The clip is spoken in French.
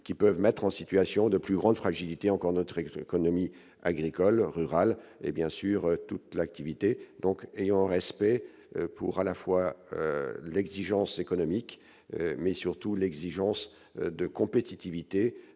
qui peuvent mettre en situation de plus grande fragilité encore notre gré économie agricole rural et, bien sûr, toute l'activité donc et respect pour à la fois l'exigence économique mais surtout l'exigence de compétitivité